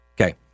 Okay